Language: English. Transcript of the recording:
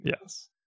Yes